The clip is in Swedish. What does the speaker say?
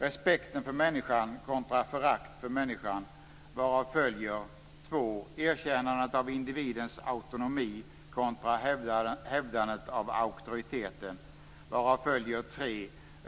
Respekt för människan kontra förakt för människan, varav följer 2. Erkännande av individens autonomi kontra hävdande av auktoriteten, varav följer 3.